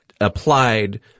applied